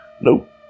Nope